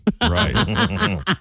Right